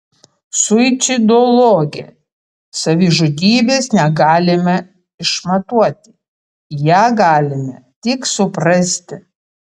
suicidologė savižudybės negalime išmatuoti ją galime tik suprasti